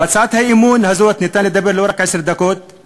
בהצעת האי-אמון הזאת אפשר לדבר לא רק עשר דקות,